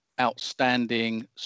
outstanding